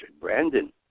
Brandon